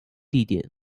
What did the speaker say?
地点